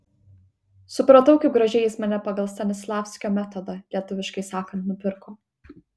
supratau kaip gražiai jis mane pagal stanislavskio metodą lietuviškai sakant nupirko